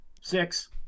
Six